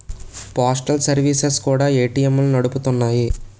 postal services కూడా ఏటీఎంలను నడుపుతున్నాయి